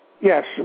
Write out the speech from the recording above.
Yes